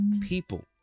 people